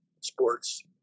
sports